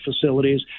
facilities